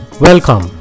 Welcome